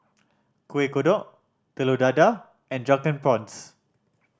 Kuih Kodok Telur Dadah and Drunken Prawns